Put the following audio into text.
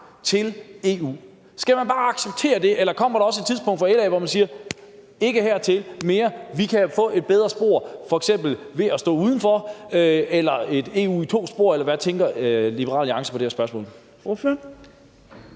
til EU. Skal man bare acceptere det, eller kommer der også et tidspunkt for LA, hvor man siger: Hertil og ikke længere; vi kan få et bedre spor, f.eks. ved at stå udenfor eller med et EU i to spor? Hvad tænker Liberal Alliance i det her spørgsmål?